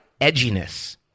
edginess